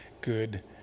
good